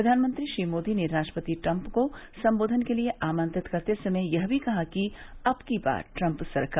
प्रधानमंत्री श्री मोदी ने राष्ट्रपति ट्रम्प को सम्बोधन के लिए आमंत्रित करते समय यह भी कहा कि अबकी बार ट्रम्प सरकार